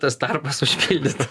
tas tarpas užpildytas